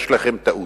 יש לכם טעות.